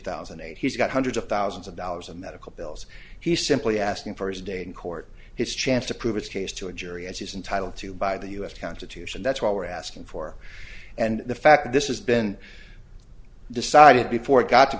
thousand and eight he's got hundreds of thousands of dollars in medical bills he's simply asking for his day in court his chance to prove his case to a jury and she's entitled to by the u s constitution that's what we're asking for and the fact that this is been decided before it got to